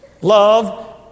Love